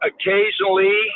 Occasionally